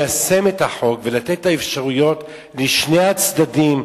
ליישם את החוק ולתת את האפשרויות לשני הצדדים,